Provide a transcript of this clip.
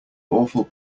awful